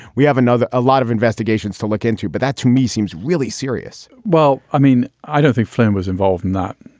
we have another a lot of investigations to look into, but that to me seems really serious well, i mean, i don't think flynn was involved in that.